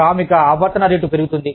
శ్రామిక ఆవర్తన రేటు పెరుగుతుంది